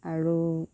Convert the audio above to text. আৰু